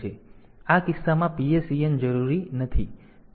તેથી આ કિસ્સામાં PSEN જરૂરી નથી